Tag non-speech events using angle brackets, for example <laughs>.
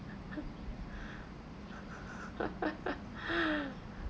<laughs>